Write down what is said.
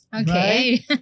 okay